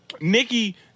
Nikki